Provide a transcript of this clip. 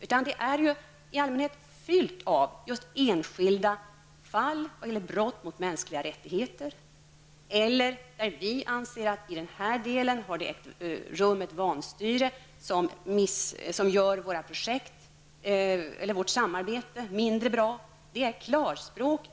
De är i allmänhet fyllda av just enskilda fall och brott mot mänskliga rättigheter. Det kan handla om att vi anser att det har ägt rum ett vanstyre som gör vårt samarbete mindre bra. Det är klarspråk.